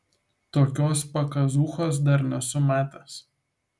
tokios pakazūchos dar nesu matęs